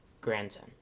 grandson